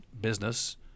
business